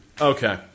Okay